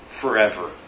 forever